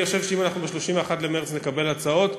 אני חושב שאם ב-31 במרס אנחנו נקבל הצעות,